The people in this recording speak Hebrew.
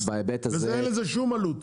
אין לזה שום עלות,